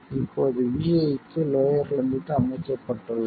இப்போது vi க்கு lower limit அமைக்கப்பட்டுள்ளது